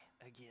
again